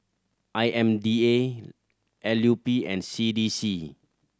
I M D A L U P and C D C